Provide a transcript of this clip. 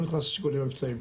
אני לא נכנס לשיקולים המבצעים,